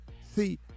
See